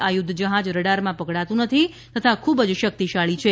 આ યુધ્ધ જહાજ રડારમાં પકડાતુ નથી તથા ખૂબ જ શક્તિશાળી છે